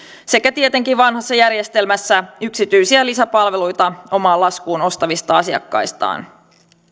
sekä tietenkin vanhassa järjestelmässä yksityisiä lisäpalveluita omaan laskuun ostavista asiakkaistaan